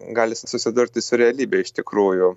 gali susidurti su realybe iš tikrųjų